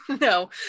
no